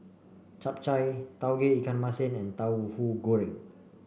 Chap Chai Tauge Ikan Masin and Tauhu Goreng